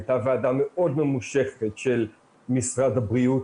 הייתה ועדה מאוד ממושכת של משרד הבריאות,